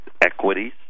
Equities